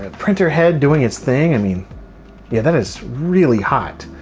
ah printer head doing its thing. i mean yeah that is really hot.